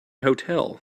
hotel